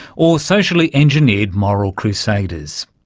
or socially engineered moral crusaders?